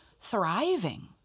thriving